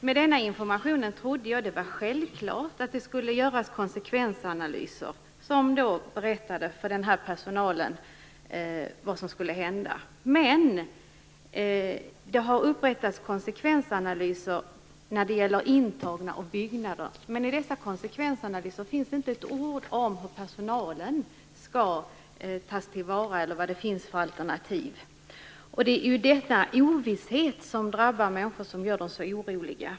Med denna information trodde jag att det var självklart att det skulle göras konsekvensanalyser för att personalen skulle veta vad som skulle hända. Det har gjorts konsekvensanalyser när det gäller intagna och byggnader, men de innehåller inte ett ord om hur personalen skall tas till vara eller vad det finns för alternativ. Det är ju denna ovisshet, som drabbar människor, som gör dem så oroliga.